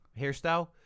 hairstyle